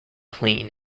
clean